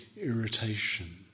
irritation